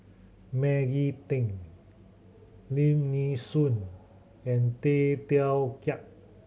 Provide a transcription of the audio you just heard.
Maggie Teng Lim Nee Soon and Tay Teow Kiat